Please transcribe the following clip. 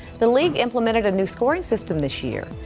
the league implemented a new scoring system this year.